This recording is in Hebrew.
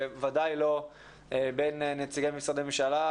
בוודאי לא בין נציגי משרדי ממשלה,